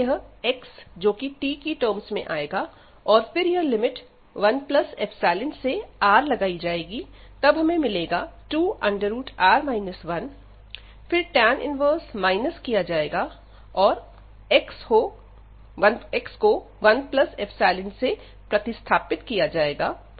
पहले यह x जो कि t की टर्म्स मैं आएगा फिर लिमिट 1ϵ से R लगाई जाएंगी तब हमें मिलेगा 2tan 1 R 1 फिर tan 1 माइनस किया जाएगा और x को 1ϵ से प्रतिस्थापित किया जाएगा